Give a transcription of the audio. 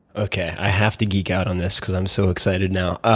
okay. i have to geek out on this because i'm so excited now.